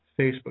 Facebook